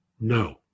No